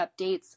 updates